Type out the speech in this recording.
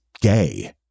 gay